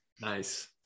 Nice